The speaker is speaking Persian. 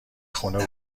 خونه